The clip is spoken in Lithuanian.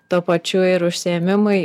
tuo pačiu ir užsiėmimai